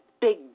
big